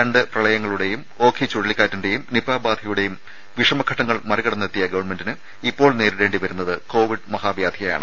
രണ്ട് പ്രളയങ്ങളുടേയും ഓഖി ചുഴലിക്കാറ്റിന്റേയും നിപ ബാധയുടേയും വിഷമഘട്ടങ്ങൾ മറികടന്നെത്തിയ ഗവൺമെന്റിന് ഇപ്പോൾ നേരിടേണ്ടി വരുന്നത് കോവിഡ് മഹാവ്യാധിയാണ്